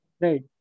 Right